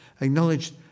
acknowledged